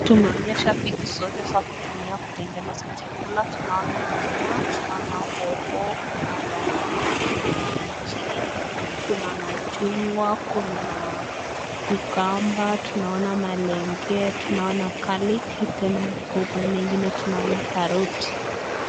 Tumeonyeshwa vitu zote za kutumia kutengeneza chakula, Tunaona nyanya, tunaona hoho, Kuna dhania Kuna minji ,kuna machugwa, Kuna cucamba, tunaona malenge, tunaona galic na tena kwa upande mwingine tunaona karoti.